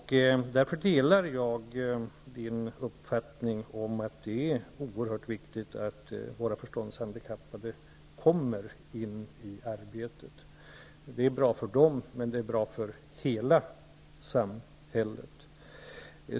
Därför delar jag Inger Hestviks uppfattning, dvs. att det är oerhört viktigt att de förståndshandikappade i vårt land kommer i arbete. Det är bra för dem. Men det är också bra för hela samhället.